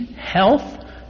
health